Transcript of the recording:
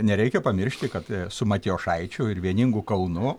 nereikia pamiršti kad su matijošaičiu ir vieningu kaunu